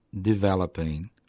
developing